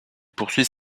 poursuit